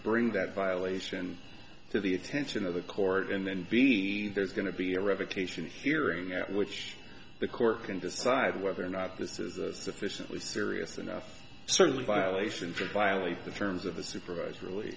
bring that violation to the attention of the court and then be there's going to be a revocation hearing at which the court can decide whether or not this is sufficiently serious enough certainly violation for violating the terms of the supervised re